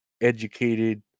educated